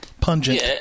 pungent